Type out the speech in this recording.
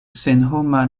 senhoma